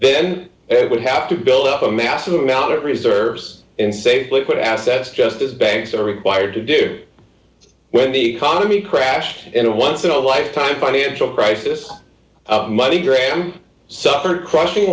then it would have to build up a massive amount of reserves in safe liquid assets just as banks are required to do so when the economy crashed in a once in a lifetime financial crisis money graham suffered crushing